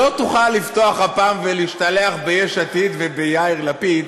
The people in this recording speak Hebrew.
לא תוכל לפתוח הפעם ולהשתלח ביש עתיד וביאיר לפיד,